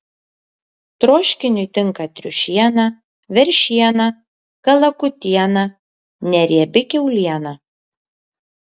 troškiniui tinka triušiena veršiena kalakutiena neriebi kiauliena